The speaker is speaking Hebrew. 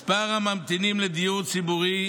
מספר הממתינים לדיור ציבורי,